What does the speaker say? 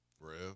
Rev